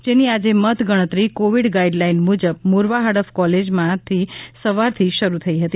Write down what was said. જેની આજે મત ગણતરી કોવિડ ગાઇડ લાઇન મુજબ મોરવા હડફ કોલેજમાં સવારથી શરૂ થઇ હતી